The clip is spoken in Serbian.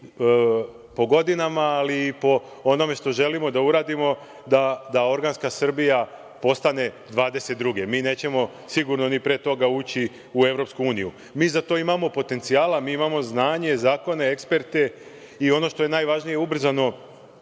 po godinama i po onome što želimo da uradimo, da organska Srbija postane dvadeset druge. Mi nećemo sigurno ni pre toga ući u EU. Za to imamo potencijala, imamo znanje, zakone, eksperte i, ono što je najvažnije, ubrzano